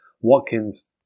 Watkins